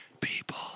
people